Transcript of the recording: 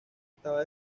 estaba